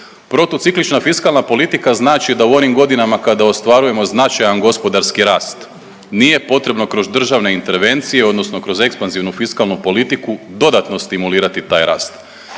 Protuciklična fiskalna politika znači da u onim godinama kada ostvarujemo značajan gospodarski rast nije potrebno kroz državne intervencije odnosno kroz ekspanzivnu fiskalnu politiku dodatno stimulirati taj rast,